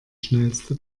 schnellste